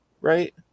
right